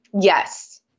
Yes